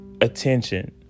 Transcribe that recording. attention